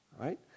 right